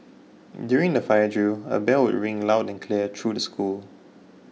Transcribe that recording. during the fire drill a bell would ring loud and clear through the school